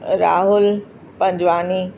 Rahul Panjwani